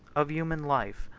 of human life,